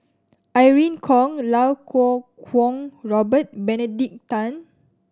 Irene Khong Iau Kuo Kwong Robert Benedict Tan